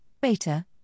beta